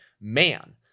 man